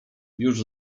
już